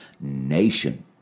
nation